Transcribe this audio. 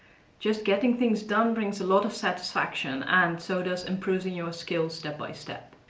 just getting things done brings a lot of satisfaction, and so does improving your skills step by step.